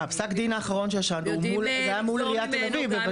פסק הדין האחרון של שנדו היה מול עיריית תל אביב.